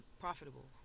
profitable